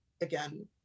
again